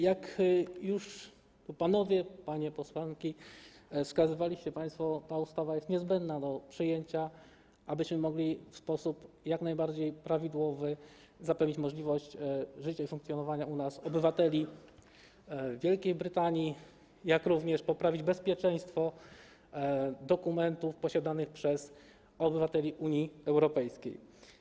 Jak już panowie, panie posłanki, jak państwo wskazywaliście, ta ustawa jest niezbędna do przyjęcia, abyśmy mogli w sposób jak najbardziej prawidłowy zapewnić możliwość życia i funkcjonowania u nas obywateli Wielkiej Brytanii, jak również poprawić bezpieczeństwo dokumentów posiadanych przez obywateli Unii Europejskiej.